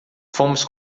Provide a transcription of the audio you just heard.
fomos